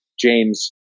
James